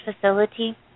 facility